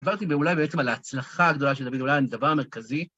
דיברתי אולי בעצם על ההצלחה הגדולה של דוד, אולי הדבר המרכזי.